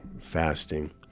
fasting